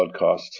podcast